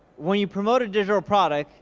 when you promote a digital product,